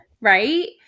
right